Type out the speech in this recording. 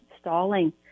stalling